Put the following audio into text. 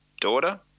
daughter